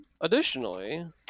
Additionally